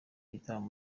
igitaramo